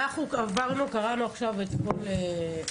אנחנו עברנו וקראנו עכשיו את כל התיקונים,